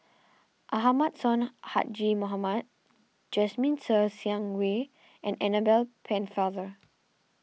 Ahmad Sonhadji Mohamad Jasmine Ser Xiang Wei and Annabel Pennefather